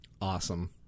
Awesome